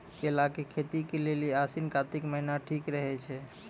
केला के खेती के लेली आसिन कातिक महीना ठीक रहै छै